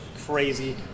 crazy